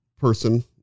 person